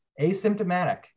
asymptomatic